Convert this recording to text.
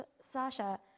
Sasha